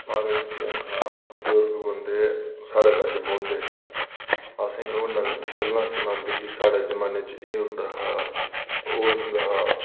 sir एह् केह् आक्खां बजुर्ग बंदे साढ़े कश बौहंदे असेंगी ओह् गल्लां सनांदे कि साढ़े कश एह् होंदा हा ओह् होंदा हा